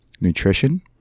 nutrition